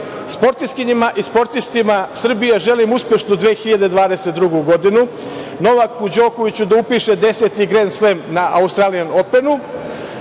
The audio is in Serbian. Sportistkinjama i sportistima Srbije želim uspešnu 2022. godinu, Novaku Đokoviću da upiše 10. Grend Slem na Australijan Openu,